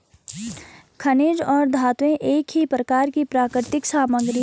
खनिज और धातुएं एक प्रकार की प्राकृतिक सामग्री हैं